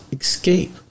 escape